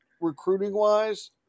recruiting-wise